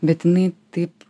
bet jinai taip